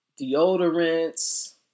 deodorants